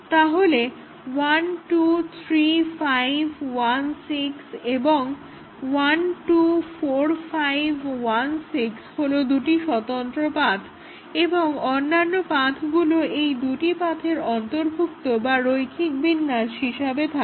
তাহলে 1 2 3 5 1 6 এবং 1 2 4 5 1 6 হলো দুটি স্বতন্ত্র পাথ্ এবং অন্যান্য পাথগুলো এই দুটি পাথের অন্তর্ভুক্ত বা রৈখিক বিন্যাস হিসাবে থাকে